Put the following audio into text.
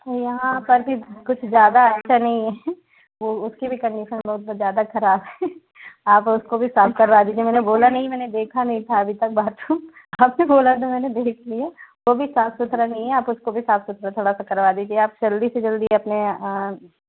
यहाँ पर भी कुछ ज़्यादा अच्छा नहीं है वो उसकी भी कंडीसन ज़्यादा ख़राब है आप उसको भी साफ़ करवा दीजिए मैंने बोला नहीं मैंने देखा नहीं था अभी तक बाथरूम आपने बोला तो मैंने देख लिया वो भी साफ सुथरा नहीं है आप उसको भी साफ़ सुथरा थोड़ा सा करवा दीजिए जल्दी से जल्दी अपने